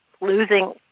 losing